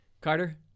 Carter